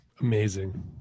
Amazing